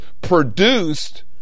produced